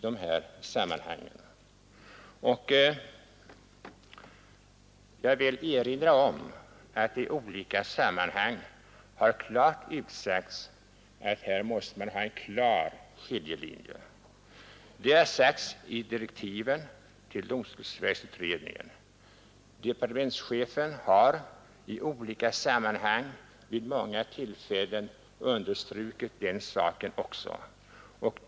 Jag vill erinra om att det i olika sammanhang har utsagts att här måste man ha en klar skiljelinje. Det har bl.a. sagts i direktiven till domstolsverksutred ningen, och departementschefen har vid många tillfällen understrukit den saken.